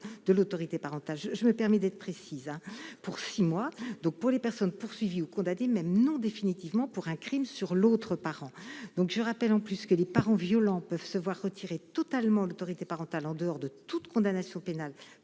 être très attentif : je me permets d'être précise -, pour six mois, pour les personnes poursuivies ou condamnées, même non définitivement, pour un crime sur l'autre parent. Je rappelle qu'en outre les parents violents peuvent se voir retirer totalement l'autorité parentale, en dehors de toute condamnation pénale,